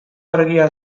argia